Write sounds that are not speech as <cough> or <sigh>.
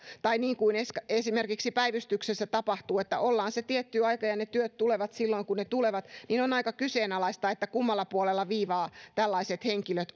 tai niin kuin esimerkiksi päivystyksessä tapahtuu jos ollaan se tietty aika ja ne työt tulevat silloin kuin ne tulevat on aika kyseenalaista kummalla puolella viivaa tällaiset henkilöt <unintelligible>